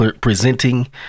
presenting